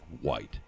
White